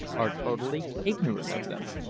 are totally ignorant of them.